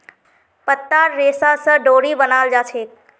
पत्तार रेशा स डोरी बनाल जाछेक